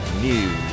News